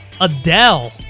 Adele